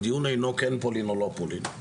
דיון אינו כן פולין או לא פולין.